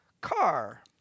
Car